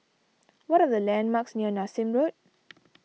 what are the landmarks near Nassim Road